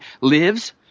lives